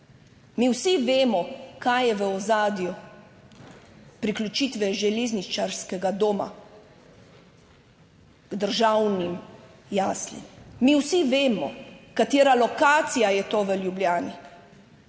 mi vsi vemo kaj je v ozadju, priključitve železničarskega doma k državnim jaslim, mi vsi vemo katera lokacija je to v Ljubljani.